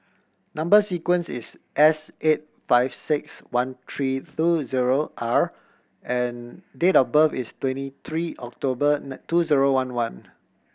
number sequence is S eight five six one three throw zero R and date of birth is twenty three October two zero one one